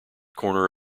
corner